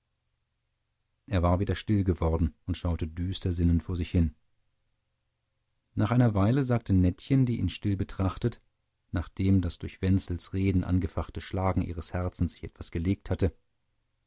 er war wieder still geworden und schaute düster sinnend vor sich hin nach einer weile sagte nettchen die ihn still betrachtet nachdem das durch wenzels reden angefachte schlagen ihres herzens sich etwas gelegt hatte